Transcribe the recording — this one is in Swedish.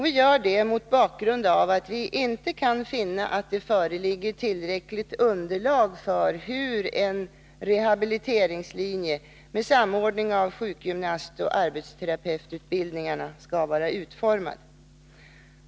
Vi gör det mot bakgrund av att vi inte kan finna att det föreligger tillräckligt underlag för hur en rehabiliteringslinje med samordning av sjukgymnastoch arbetsterapeutsutbildningarna skall vara utformad.